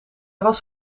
was